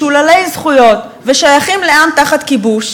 משוללי זכויות ושייכים לעם תחת כיבוש,